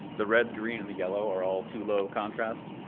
the red, green, and the yellow are all too low contrast.